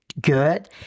good